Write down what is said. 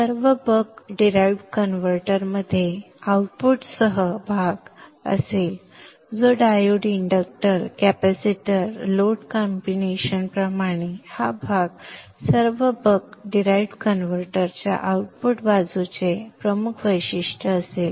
सर्व buck derived converter मध्ये output सह भाग असेल जो diode inductor capacitor load combination प्रमाणे हा भाग सर्व बक डिराईव्हड कन्व्हर्टरच्या आउटपुट बाजूचे प्रमुख वैशिष्ट्य असेल